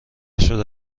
شده